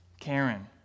Karen